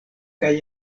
kaj